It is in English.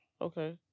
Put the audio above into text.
Okay